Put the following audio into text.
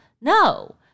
No